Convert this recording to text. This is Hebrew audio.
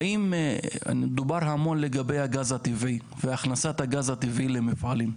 האם דובר המון לגבי הגז הטבעי והכנסת הגז הטבעי למפעלים,